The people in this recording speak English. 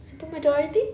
super majority